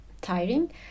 tiring